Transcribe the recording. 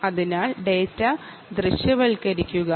അതിനാൽ data visualise ചെയ്യുക